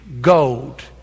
gold